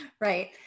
Right